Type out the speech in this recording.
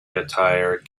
attire